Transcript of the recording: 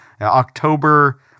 October